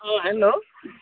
অঁ হেল্ল'